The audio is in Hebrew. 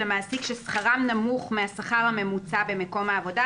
המעסיק ששכרם נמוך מהשכר הממוצע במקום העבודה,